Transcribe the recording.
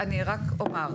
אני רק אומר,